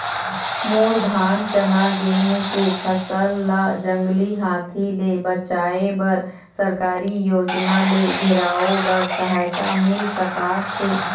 मोर धान चना गेहूं के फसल ला जंगली हाथी ले बचाए बर सरकारी योजना ले घेराओ बर सहायता मिल सका थे?